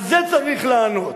על זה צריך לענות.